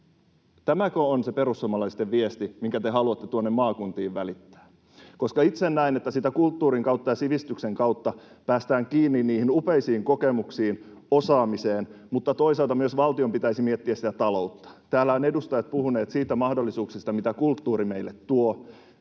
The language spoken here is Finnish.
Tämäkö on se perussuomalaisten viesti, minkä te haluatte tuonne maakuntiin välittää? Nimittäin itse näen, että kulttuurin kautta ja sivistyksen kautta päästään kiinni niihin upeisiin kokemuksiin, osaamiseen, mutta toisaalta myös valtion pitäisi miettiä taloutta. Täällä ovat edustajat puhuneet niistä mahdollisuuksista, mitä kulttuuri meille tuo.